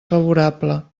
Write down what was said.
favorable